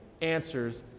answers